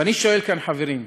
ואני שואל כאן, חברים,